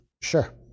Sure